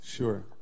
Sure